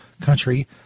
country